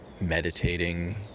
meditating